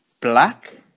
black